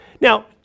Now